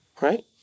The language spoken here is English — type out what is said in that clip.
right